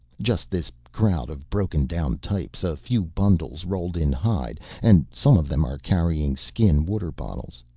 just this crowd of broken down types, a few bundles rolled in hide, and some of them are carrying skin water bottles.